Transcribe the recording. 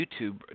YouTube